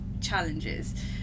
challenges